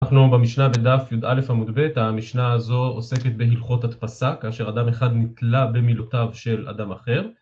אנחנו במשנה בדף יא עמוד ב, המשנה הזו עוסקת בהלכות הדפסה כאשר אדם אחד ניתלה במילותיו של אדם אחר